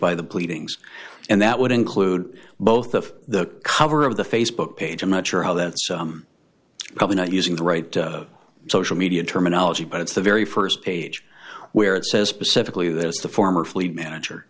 by the pleadings and that would include both of the cover of the facebook page i'm not sure how that's probably not using the right social media terminology but it's the very st page where it says specifically this is the former fleet manager